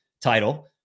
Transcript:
title